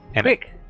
Quick